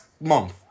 month